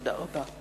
תודה רבה.